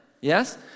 Yes